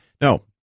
No